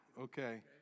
okay